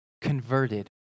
converted